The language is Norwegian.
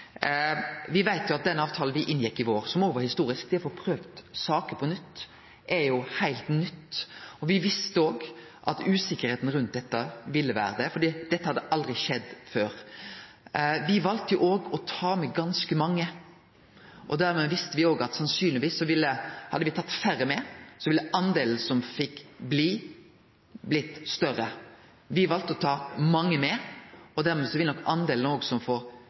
Me veit at den avtalen me inngjekk i vår, som var historisk, om å få prøvd saker på nytt, er noko heilt nytt. Me visste også at det ville vere usikkerheit rundt dette, for det hadde aldri skjedd før. Me valde også å ta med ganske mange, og me visste at hadde me tatt færre med, var det sannsynleg at den delen som fekk bli, ville blitt større. Me valde å ta mange med, og dermed vil nok den delen som får